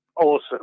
Awesome